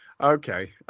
okay